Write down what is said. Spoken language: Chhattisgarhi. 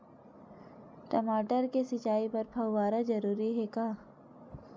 टमाटर के सिंचाई बर फव्वारा जरूरी हे का?